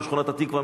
משכונת-התקווה,